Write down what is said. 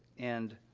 and